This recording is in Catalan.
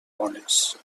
bones